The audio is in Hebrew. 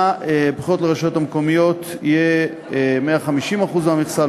בבחירות לרשויות המקומיות יהיה 150% המכסה,